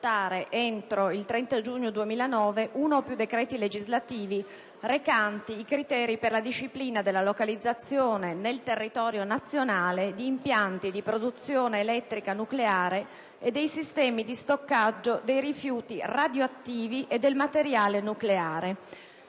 il Governo ad adottare, entro il 30 giugno 2009, uno o più decreti legislativi recanti i criteri per la disciplina della localizzazione nel territorio nazionale di impianti di produzione elettrica nucleare e dei sistemi di stoccaggio dei rifiuti radioattivi e del materiale nucleare.